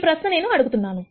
ఈ ప్రశ్న నేను అడుగుతున్నాను